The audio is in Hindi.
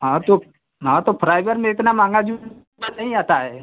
हाँ तो हाँ तो फ्राइबर में इतना महँगा जूता नहीं आता है